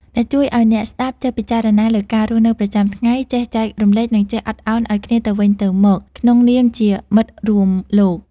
ដែលជួយឱ្យអ្នកស្តាប់ចេះពិចារណាលើការរស់នៅប្រចាំថ្ងៃ ចេះចែករំលែក និងចេះអត់ឱនឱ្យគ្នាទៅវិញទៅមកក្នុងនាមជាមិត្តរួមលោក។